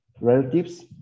relatives